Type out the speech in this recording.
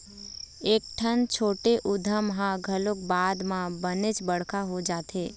कइठन छोटे उद्यम ह घलोक बाद म बनेच बड़का हो जाथे